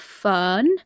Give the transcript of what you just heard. fun